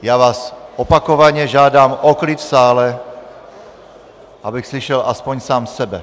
Já vás opakovaně žádám o klid v sále, abych slyšel aspoň sám sebe.